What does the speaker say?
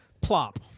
plop